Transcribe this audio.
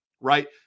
right